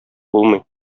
булмый